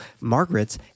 Margaret's